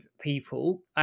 people